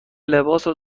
لباسو